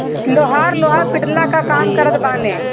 लोहार लोहा पिटला कअ काम करत बाने